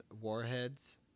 warheads